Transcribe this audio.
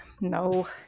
No